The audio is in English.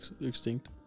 extinct